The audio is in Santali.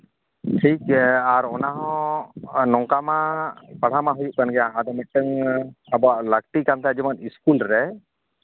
ᱴᱷᱤᱠ ᱜᱮᱭᱟ ᱟᱨ ᱚᱱᱟ ᱦᱚᱸ ᱱᱚᱝᱠᱟ ᱢᱟ ᱯᱟᱲᱦᱟᱣ ᱢᱟ ᱦᱩᱭᱩᱜ ᱠᱟᱱ ᱜᱮᱭᱟ ᱟᱫᱚ ᱢᱤᱫᱴᱮᱱ ᱟᱵᱚᱣᱟᱜ ᱞᱟᱹᱠᱛᱤ ᱠᱟᱱ ᱛᱟᱭᱟ ᱡᱮᱢᱚᱱ ᱥᱠᱩᱞ ᱨᱮ